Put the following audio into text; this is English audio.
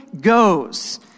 goes